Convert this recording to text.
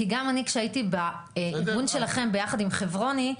כי גם אני שהייתי בארגון שלכם ביחד עם חברוני,